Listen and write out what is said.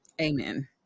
Amen